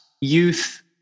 youth